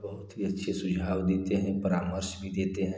बहुत ही अच्छी सुझाव देते हैं परामर्श भी देते हैं